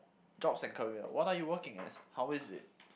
jobs and career what are you working as how is it